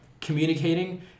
communicating